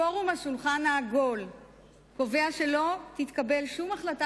פורום השולחן העגול קובע שלא תתקבל שום החלטה